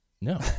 No